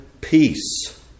peace